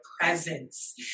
presence